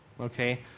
okay